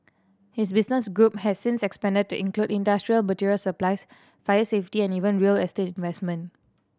his business group has since expanded to include industrial material supplies fire safety and even real estate investment